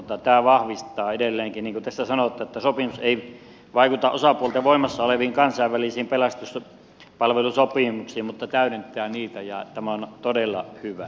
tämä vahvistaa edelleenkin niin kuin tässä sanotaan että sopimus ei vaikuta osapuolten voimassa oleviin kansainvälisiin pelastuspalvelusopimuksiin mutta täydentää niitä ja tämä on todella hyvä